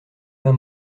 pin